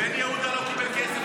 בן יהודה לא קיבל כסף,